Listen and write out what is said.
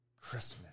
Christmas